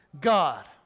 God